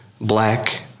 Black